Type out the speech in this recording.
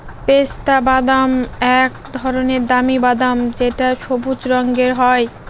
পেস্তা বাদাম এক ধরনের দামি বাদাম যেটা সবুজ রঙের হয়